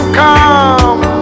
come